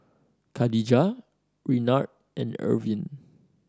Kadijah Renard and Ervin